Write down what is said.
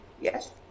Yes